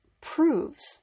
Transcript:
proves